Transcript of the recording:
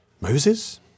Moses